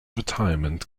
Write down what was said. retirement